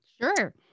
Sure